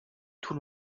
tout